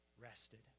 Rested